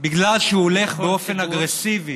בגלל שהוא הולך באופן אגרסיבי